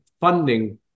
funding